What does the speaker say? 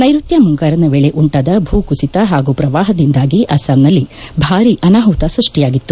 ನೈಋತ್ಯ ಮುಂಗಾರು ವೇಳೆ ಉಂಟಾದ ಭೂ ಕುಸಿತ ಹಾಗೂ ಪ್ರವಾಹದಿಂದಾಗಿ ಅಸ್ಸಾಂ ನಲ್ಲಿ ಭಾರಿ ಅನಾಹುತ ಸೃಷ್ಟಿಯಾಗಿತ್ತು